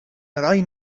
heroi